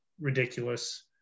ridiculous